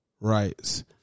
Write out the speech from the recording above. rights